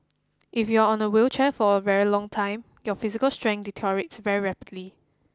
if you are on a wheelchair for a very long time your physical strength deteriorates very rapidly